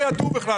בכלל לא ידעו.